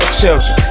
children